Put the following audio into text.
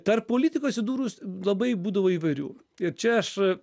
tarp politikų atsidūrus labai būdavo įvairių ir čia aš